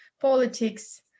politics